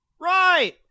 Right